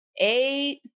eight